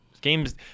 games